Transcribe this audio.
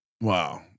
Wow